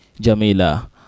Jamila